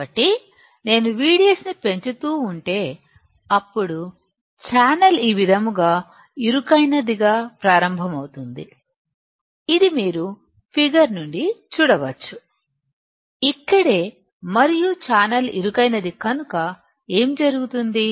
కాబట్టి నేను VDS ని పెంచుతూ ఉంటే అప్పుడు ఛానల్ ఈ విధంగా ఇరుకైనదిగా ప్రారంభమవుతుంది ఇది మీరు ఫిగర్ నుండి చూడవచ్చు ఇక్కడే మరియు ఛానల్ ఇరుకైనది కనుక ఏమి జరుగుతుంది